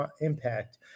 impact